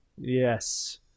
yes